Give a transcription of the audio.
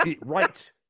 Right